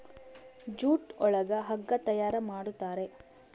jute ಒಳಗ ಹಗ್ಗ ತಯಾರ್ ಮಾಡುತಾರೆ